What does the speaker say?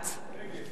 ישראל כץ,